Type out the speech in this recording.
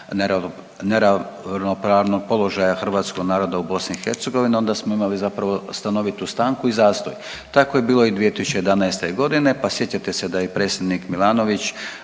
neravnopravnog položaja hrvatskog naroda u BiH onda smo imali zapravo stanovitu stanku i zastoj. Tako je bilo 2011. godine pa sjećate se da je i predsjednik Milanović